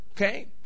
Okay